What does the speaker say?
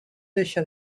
deixa